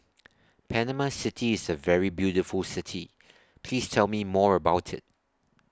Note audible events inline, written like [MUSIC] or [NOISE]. [NOISE] Panama City IS A very beautiful City Please Tell Me More about IT